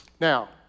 Now